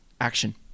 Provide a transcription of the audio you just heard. action